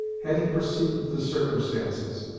hetty perceived the circumstances,